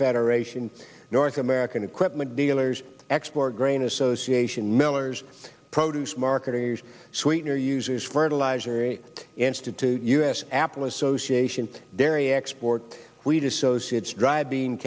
federation north american equipment dealers export grain association millers produce marketers sweetener users fertilizer institute us apple association dairy export wheat associates d